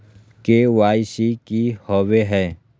KYC की हॉबे हय?